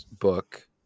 book